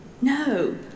No